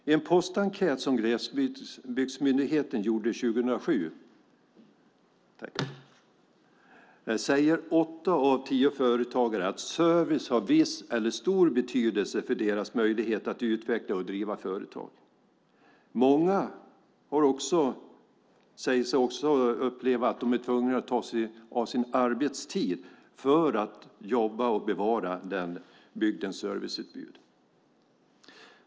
I en postenkät som Glesbygdsmyndigheten gjorde 2007 säger åtta av tio företagare att service har viss eller stor betydelse för deras möjlighet att utveckla och driva företag. Många säger sig också uppleva att de är tvungna att ta av sin arbetstid för att bevara bygdens serviceutbud.